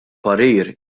parir